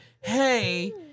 hey